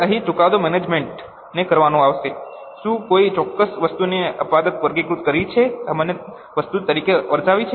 હવે અહીં ચુકાદો મેનેજમેન્ટને આપવામાં આવે છે કે શું કોઈ ચોક્કસ વસ્તુને અપવાદરૂપ વર્ગીકૃત કરવી કે સામાન્ય વસ્તુ તરીકે દર્શાવવી